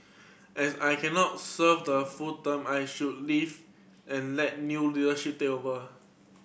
as I cannot serve the full term I should leave and let new leadership take over